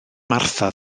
martha